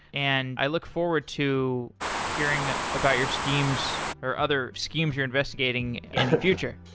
and i look forward to hearing about your schemes, or other schemes you're investigating in the future.